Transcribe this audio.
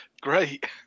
Great